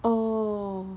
oh